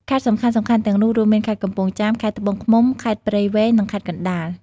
ខេត្តសំខាន់ៗទាំងនោះរួមមាន ខេត្តកំពង់ចាម ខេត្តត្បូងឃ្មុំ ខេត្តព្រៃវែង និងខេត្តកណ្ដាល។